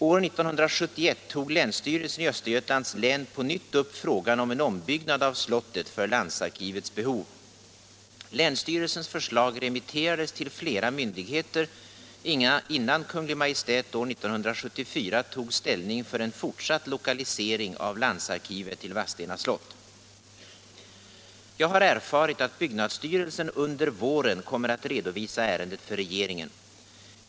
År 1971 tog länsstyrelsen i Östergötlands län på nytt upp frågan om en ombyggnad av slottet för landsarkivets behov. Länsstyrelsens förslag remitterades till flera myndigheter, innan Kungl. Maj:t år 1974 tog ställning för en fortsatt lokalisering av landsarkivet till Vadstena slott. Jag har erfarit att byggnadsstyrelsen under våren kommer att redovisa ärendet för regeringen.